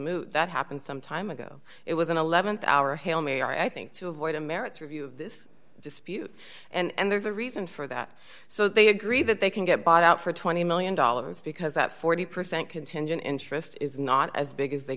move that happened some time ago it was an th hour hail mary i think to avoid a merits review of this dispute and there's a reason for that so they agree that they can get bought out for twenty million dollars because that forty percent contingent interest is not as big as they